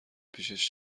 پیشش